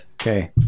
Okay